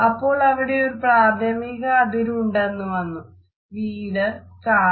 അപ്പോളവിടെ ഒരു പ്രാഥമിക അതിരുണ്ടെന്ന് വന്നു - വീട് കാറ്